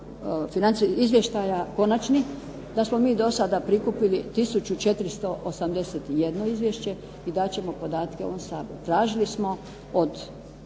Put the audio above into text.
trećina tih izvještaja konačnih, da smo mi do sada prikupili tisuću 481 izvješće i dat ćemo podatke ovom Saboru. Tražili smo od